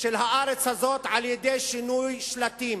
של הארץ הזאת על-ידי שינוי שלטים.